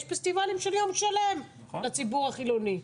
יש פסטיבלים של יום שלם לציבור החילוני.